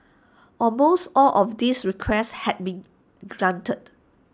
almost all of these requests had been granted